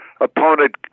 opponent